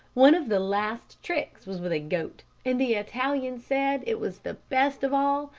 one of the last tricks was with a goat, and the italian said it was the best of all,